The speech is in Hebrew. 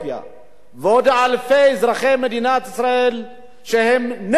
ועוד אלפי אזרחי מדינת ישראל שהם נגד גזענות,